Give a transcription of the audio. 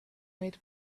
made